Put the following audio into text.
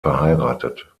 verheiratet